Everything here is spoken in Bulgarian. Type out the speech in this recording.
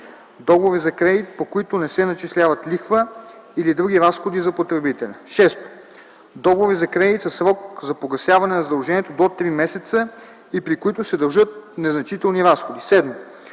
договори за кредит, по които не се начисляват лихва или други разходи за потребителя; 6. договори за кредит със срок за погасяване на задължението до три месеца и при които се дължат незначителни разходи; 7.